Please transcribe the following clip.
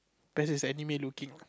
there's this anime looking